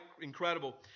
incredible